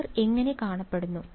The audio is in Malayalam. അവർ എങ്ങനെ കാണപ്പെടുന്നു